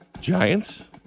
Giants